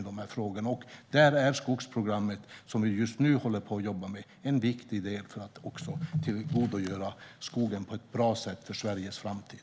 Där är Skogsprogrammet, som vi jobbar med nu, en viktig del för att det ska komma också skogen till godo på ett bra sätt för Sveriges framtid.